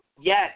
Yes